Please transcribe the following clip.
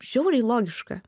žiauriai logiška